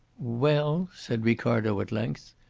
well, said ricardo, at length,